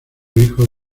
hijo